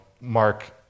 Mark